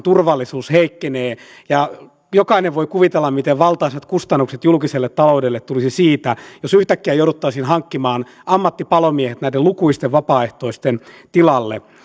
turvallisuus heikkenee jokainen voi kuvitella miten valtaisat kustannukset julkiselle taloudelle tulisi siitä jos yhtäkkiä jouduttaisiin hankkimaan ammattipalomiehet näiden lukuisten vapaaehtoisten tilalle